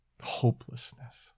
hopelessness